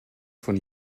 von